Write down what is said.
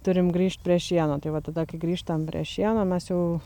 turim grįžt prie šieno tai va tada kai grįžtam prie šieno mes jau